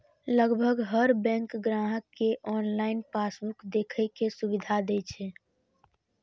लगभग हर बैंक ग्राहक कें ऑनलाइन पासबुक देखै के सुविधा दै छै